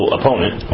opponent